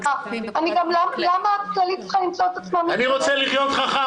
--- גם למה הכללית צריכה למצוא את עצמה --- אני רוצה לחיות חכם.